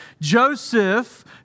Joseph